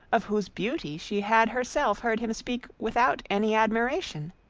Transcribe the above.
of whose beauty she had herself heard him speak without any admiration